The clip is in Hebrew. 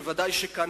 ודאי כאן,